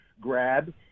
grab